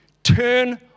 turn